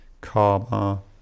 karma